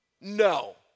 No